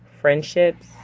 friendships